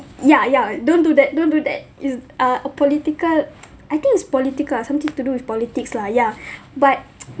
ya ya don't do that don't do that it's uh a political I think it's political ah something to do with politics lah ya but